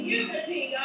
unity